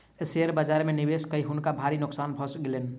share बाजार में निवेश कय हुनका भारी नोकसान भ गेलैन